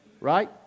Right